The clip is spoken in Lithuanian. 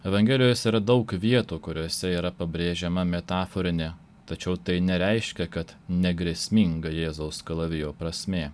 evangelijos yra daug vietų kuriose yra pabrėžiama metaforinė tačiau tai nereiškia kad negrėsminga jėzaus kalavijo prasmė